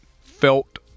felt